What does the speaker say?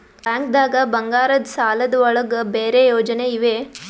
ಬ್ಯಾಂಕ್ದಾಗ ಬಂಗಾರದ್ ಸಾಲದ್ ಒಳಗ್ ಬೇರೆ ಯೋಜನೆ ಇವೆ?